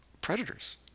predators